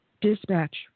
Dispatch